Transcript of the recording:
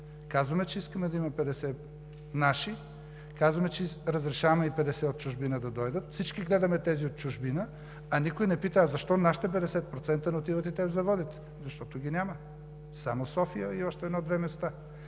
Казваме, че искаме да има 50 наши, казваме, че разрешаваме и 50 от чужбина да дойдат. Всички гледаме тези от чужбина, а никой не пита: защо нашите 50% не отиват и те в заводите? Защото ги няма. (Реплики от народния